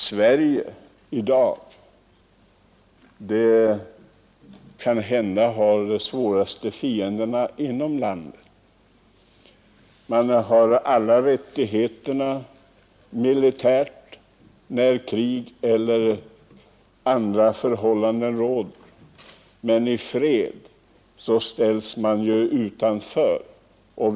Sverige har i dag kanhända de svåraste fienderna inom landet. Man har alla de militära rättigheterna när det råder krig, men i fred ställs vi utanför dem.